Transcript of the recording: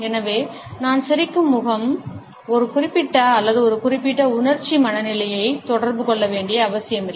எனவே நான் சிரிக்கும் முகம் ஒரு குறிப்பிட்ட அல்லது ஒரு குறிப்பிட்ட உணர்ச்சி மனநிலையை தொடர்பு கொள்ள வேண்டிய அவசியமில்லை